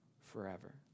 forever